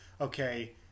okay